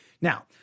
now